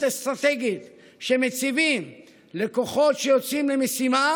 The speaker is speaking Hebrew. אסטרטגית שמציבים לכוחות שיוצאים למשימה,